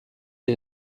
die